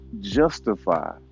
justify